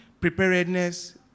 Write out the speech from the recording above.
preparedness